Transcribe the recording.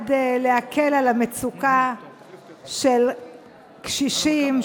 נועד להקל את המצוקה של קשישים,